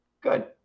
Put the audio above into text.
Good